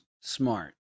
Smart